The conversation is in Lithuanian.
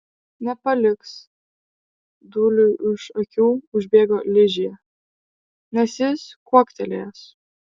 nepaliks dūliui už akių užbėgo ližė nes jis kuoktelėjęs